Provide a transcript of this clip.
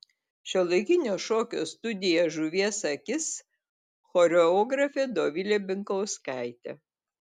šiuolaikinio šokio studija žuvies akis choreografė dovilė binkauskaitė